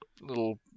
little